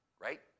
right